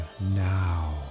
now